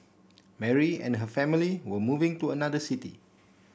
Mary and her family were moving to another city